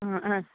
ആ ആ